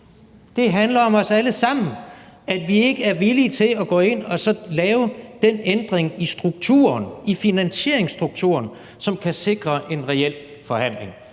Det handler om os alle sammen, i forhold til at vi ikke er villige til at gå ind og lave den ændring i finansieringsstrukturen, som kan sikre en reel forhandling,